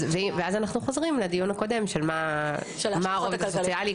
ואז אנחנו חוזים לדיון הקודם של מה הרובד הסוציאלי,